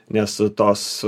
nes tos